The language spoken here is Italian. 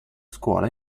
scuola